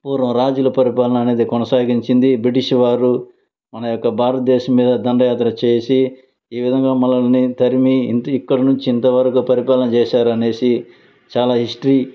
పూర్వం రాజుల పరిపాలన అనేది కొనసాగించింది బ్రిటీషువారు మన యొక్క భారతదేశం మీద దండయాత్ర చేసి ఈ విధంగా మనల్ని తరిమి ఇంత నుంచి ఇక్కడి వరకు పరిపాలన చేశారు అనేసి చాలా హిస్టరీ